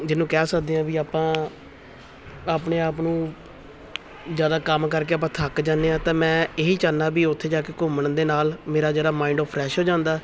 ਜਿਹਨੂੰ ਕਹਿ ਸਕਦੇ ਹਾਂ ਵੀ ਆਪਾਂ ਆਪਣੇ ਆਪ ਨੂੰ ਜ਼ਿਆਦਾ ਕੰਮ ਕਰਕੇ ਆਪਾਂ ਥੱਕ ਜਾਂਦੇ ਹਾਂ ਤਾਂ ਮੈਂ ਇਹੀ ਚਾਹੁੰਦਾ ਵੀ ਉੱਥੇ ਜਾ ਕੇ ਘੁੰਮਣ ਦੇ ਨਾਲ ਮੇਰਾ ਜਿਹੜਾ ਮਾਇੰਡ ਉਹ ਫਰੈਸ਼ ਹੋ ਜਾਂਦਾ